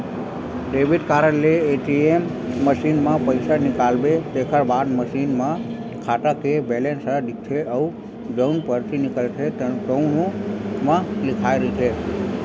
debit card ले ATM machine म पइसा निकालबे तेखर बाद मसीन म खाता के बेलेंस ह दिखथे अउ जउन परची निकलथे तउनो म लिखाए रहिथे